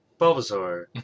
Bulbasaur